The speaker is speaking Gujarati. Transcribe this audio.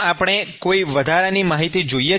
શું આપણે કોઈ વધારાની માહિતી જોઈએ